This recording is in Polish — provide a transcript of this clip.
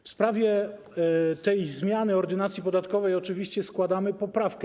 W sprawie tej zmiany ordynacji podatkowej oczywiście składamy poprawkę.